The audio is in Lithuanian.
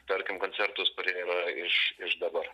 tarkim koncertus kurie yra iš iš dabar